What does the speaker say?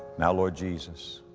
now, lord jesus,